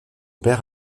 père